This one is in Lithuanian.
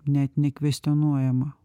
net nekvestionuojama